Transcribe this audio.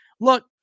Look